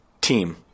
Team